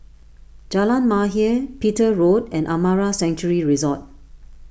Jalan Mahir Petir Road and Amara Sanctuary Resort